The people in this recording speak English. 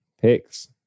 picks